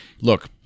look